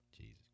Jesus